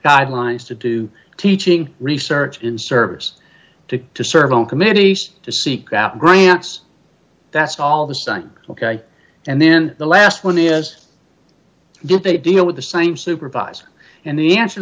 guidelines to do teaching research in service to to serve on committees to seek out grants that's all the son ok and then the last one is did they deal with the same supervisor and the answer